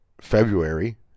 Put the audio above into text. February